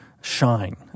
shine